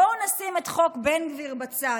בואו נשים את חוק בן גביר בצד,